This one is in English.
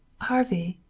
harvey,